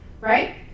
right